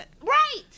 Right